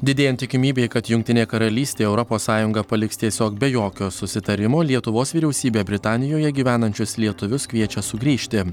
didėjant tikimybei kad jungtinė karalystė europos sąjungą paliks tiesiog be jokio susitarimo lietuvos vyriausybė britanijoje gyvenančius lietuvius kviečia sugrįžti